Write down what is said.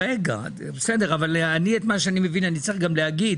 בסדר, אבל אני צריך להגיד.